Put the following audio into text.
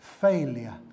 failure